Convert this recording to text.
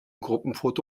gruppenfoto